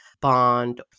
bond